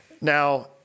Now